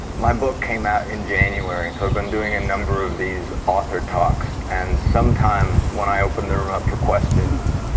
my book came out in january, and so i've been doing a number of these author talks. and sometimes when i open the room up for questions,